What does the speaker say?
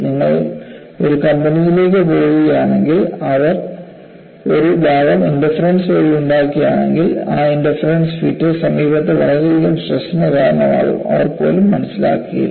നിങ്ങൾ ഒരു കമ്പനിയിലേക്ക് പോകുകയാണെങ്കിൽ അവർ ഒരുഭാഗം ഇൻറർഫറൻസ് വഴി ഉണ്ടാക്കുകയാണെങ്കിൽ ആ ഇൻറർഫറൻസ് ഫിറ്റ് സമീപത്ത് വളരെയധികം സ്ട്രെസ്ന് കാരണമാകും അവർ പോലും മനസ്സിലാക്കില്ല